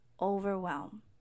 overwhelm